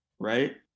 right